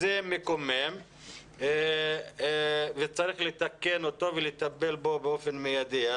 זה מקומם וצריך לתקן אותו לטפל בו באופן מיידי.